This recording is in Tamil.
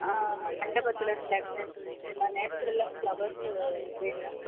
மண்டபத்தில் டெக்ரேஷன் இதில் நேச்சுரலாக ஃப்ளவர்ஸ்ஸு வேணும்